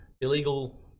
illegal